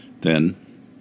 Then